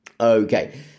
okay